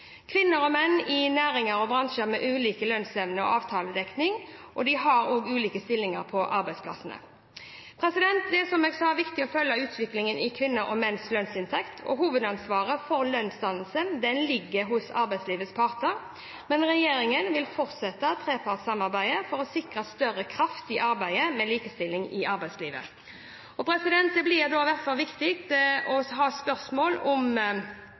Kvinner og menn er i næringer og bransjer med ulik lønnsevne og avtaledekning, og de har ulike stillinger på arbeidsplassene. Det er, som jeg sa, viktig å følge utviklingen i kvinners og menns lønnsinntekt. Hovedansvaret for lønnsdannelsen ligger hos arbeidslivets parter, men regjeringen vil fortsette trepartssamarbeidet for å sikre større kraft i arbeidet med likestilling i arbeidslivet. Viktige spørsmål her er kjønnsbaserte lønnsforskjeller, kjønnsdelt arbeidsmarked og